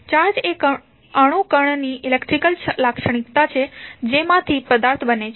charge એ અણુ કણની ઇલેક્ટ્રિકલ લાક્ષણિકતા છે જેમાંથી પદાર્થ બને છે